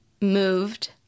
moved